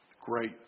Great